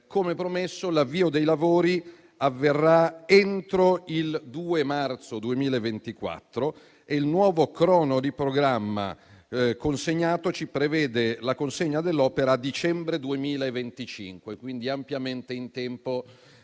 Come promesso, l'avvio dei lavori avverrà entro il 2 marzo 2024 e il nuovo crono di programma consegnato prevede la consegna dell'opera a dicembre 2025, quindi ampiamente in tempo